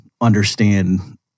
understand